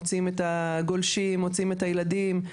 מוציאים את הגולשים ואת הילדים,